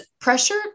pressure